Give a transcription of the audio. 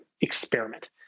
experiment